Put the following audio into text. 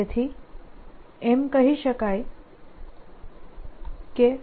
તેથી એમ કહી શકાય કે